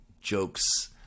jokes